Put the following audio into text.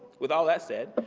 with all that said,